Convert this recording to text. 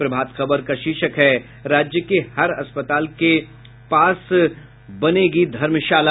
प्रभात खबर का शीर्षक है राज्य के हर अस्पताल के पास बनेगी धर्मशाला